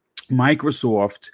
Microsoft